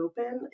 open